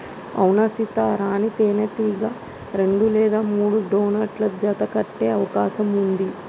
అవునా సీత, రాణీ తేనెటీగ రెండు లేదా మూడు డ్రోన్లతో జత కట్టె అవకాశం ఉంది